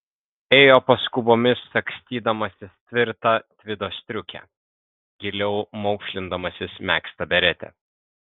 ėjo paskubomis sagstydamasis tvirtą tvido striukę giliau maukšlindamasis megztą beretę